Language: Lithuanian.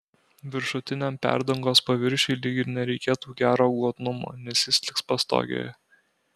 viršutiniam perdangos paviršiui lyg ir nereikėtų gero glotnumo nes jis liks pastogėje